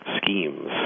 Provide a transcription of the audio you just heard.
schemes